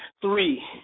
Three